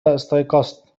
استيقظت